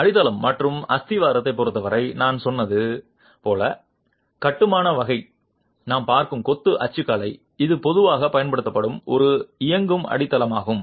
அடித்தளம் மற்றும் அஸ்திவாரத்தைப் பொறுத்தவரை நான் சொன்னது போல் கட்டுமான வகை நாம் பார்க்கும் கொத்து அச்சுக்கலை இது பொதுவாக பயன்படுத்தப்படும் ஒரு இயங்கும் அடித்தளமாகும்